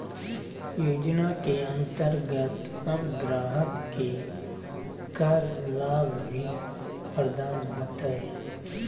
योजना के अंतर्गत अब ग्राहक के कर लाभ भी प्रदान होतय